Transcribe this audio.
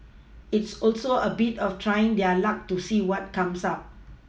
it's also a bit of trying their luck to see what comes up